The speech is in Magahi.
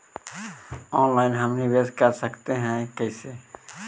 ऑनलाइन हम निवेश कर सकते है, कैसे?